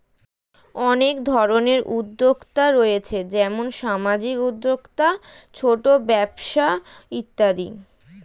অনেক ধরনের উদ্যোক্তা রয়েছে যেমন সামাজিক উদ্যোক্তা, ছোট ব্যবসা ইত্যাদি